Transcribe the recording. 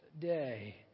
day